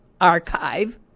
archive